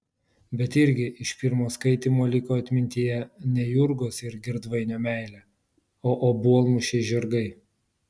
bet irgi iš pirmo skaitymo liko atmintyje ne jurgos ir girdvainio meilė o obuolmušiai žirgai